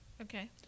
Okay